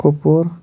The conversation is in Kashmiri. کۄپوور